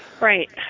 Right